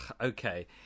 Okay